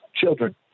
children